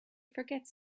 forgets